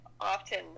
often